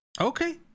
Okay